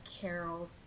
Carol